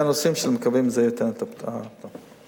אלה הנושאים שמקווים שייתנו את הפתרון.